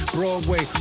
Broadway